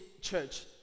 church